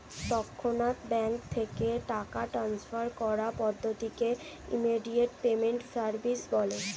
তৎক্ষণাৎ ব্যাঙ্ক থেকে টাকা ট্রান্সফার করার পদ্ধতিকে ইমিডিয়েট পেমেন্ট সার্ভিস বলে